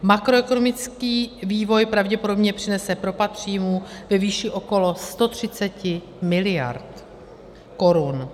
Makroekonomický vývoj pravděpodobně přinese propad příjmů ve výši okolo 130 mld. korun.